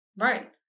Right